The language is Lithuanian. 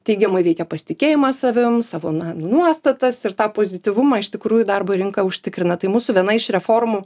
teigiamai veikia pasitikėjimą savimi savo na nuostatas ir tą pozityvumą iš tikrųjų darbo rinka užtikrina tai mūsų viena iš reformų